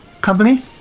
company